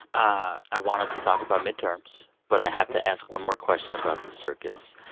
i i want us to talk about midterms, but i have to ask one more question about the circus.